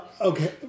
okay